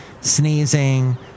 sneezing